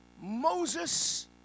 Moses